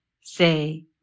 Say